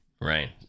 right